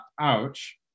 Ouch